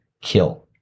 kill